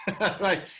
Right